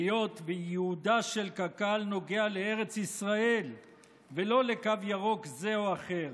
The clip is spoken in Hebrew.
היות שייעודה של קק"ל נוגע לארץ ישראל ולא לקו ירוק זה או אחר.